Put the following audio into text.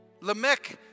Lamech